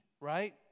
right